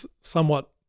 somewhat